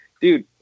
dude